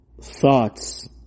thoughts